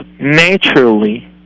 naturally